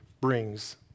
brings